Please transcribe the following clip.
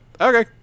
okay